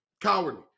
Cowardly